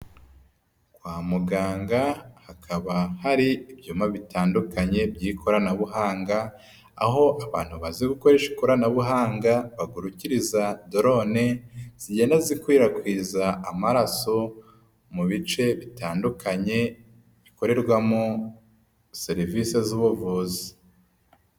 Kwa muganga hakaba hari ibyuma bitandukanye by'ikoranabuhanga, aho abantu bazi gukoresha ikoranabuhanga bagurukiriza dorone, zigenda zikwirakwiza amaraso mu bice bitandukanye bikorerwamo serivisi z'ubuvuzi.